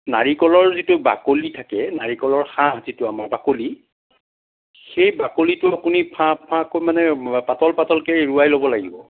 নাৰিকলৰ যিটো বাকলি থাকে নাৰিকলৰ শাহ যিটো আমাৰ বাকলি সেই বাকলিটো আপুনি ফাঁহ ফাঁহকৈ মানে পাতল পাতলকৈ এৰুৱাই ল'ব লাগিব